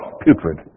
putrid